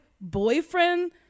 boyfriend